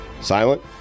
silent